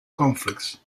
conflicts